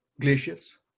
glaciers